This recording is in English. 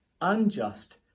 unjust